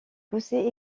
poussaient